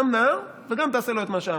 גם נהר וגם תעשה לו את מה שאמרתי.